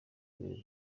biro